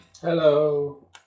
Hello